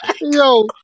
Yo